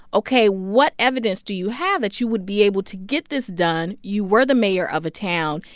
ok, what evidence do you have that you would be able to get this done? you were the mayor of a town,